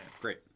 Great